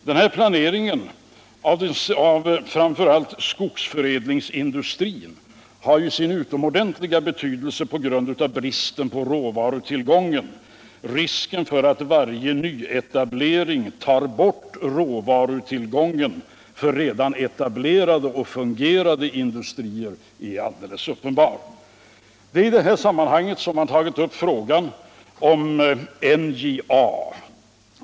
Den här planeringen av framför allt skogsförädlingsindustrin har ju sin utomordentliga betydelse på grund av bristen på råvarutillgångar. Risken för att varje nyctablering tar hårt på råvarutillgången för redan etablerade och fungerande industrier är alldeles uppenbar. Det är i detta sammanhang som man tagit upp frågan om NJA.